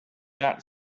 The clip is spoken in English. that